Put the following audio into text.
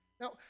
Now